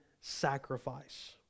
sacrifice